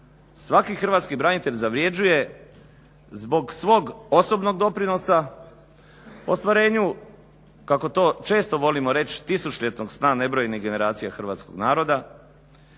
svaki hrvatski branitelj zavrjeđuje zbog svog osobnog doprinosa ostvarenju kako to često volimo reć' tisućljetnog sna nebrojenih generacija Hrvatskog naroda,